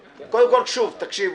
תקשיבו,